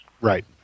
Right